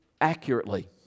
accurately